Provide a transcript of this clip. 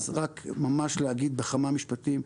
אז ממש רק בכמה משפטים,